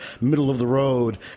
middle-of-the-road